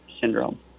syndrome